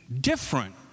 different